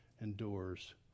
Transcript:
endures